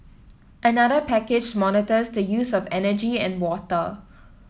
another package monitors the use of energy and water